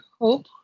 hope